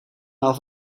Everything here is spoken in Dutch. maal